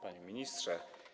Panie Ministrze!